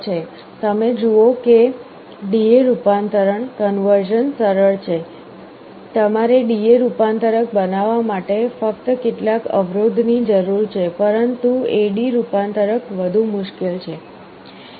તમે જુઓ કે DA રૂપાંતરણ કન્વર્ઝન સરળ છે તમારે DA રૂપાંતરક બનાવવા માટે ફક્ત કેટલાક અવરોધ ની જરૂર હોય છે પરંતુ AD રૂપાંતરક વધુ મુશ્કેલ છે